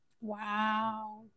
Wow